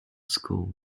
school